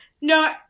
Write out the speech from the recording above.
No